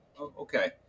Okay